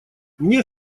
мне